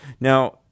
Now